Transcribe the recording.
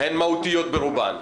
הן מהותיות ברובן.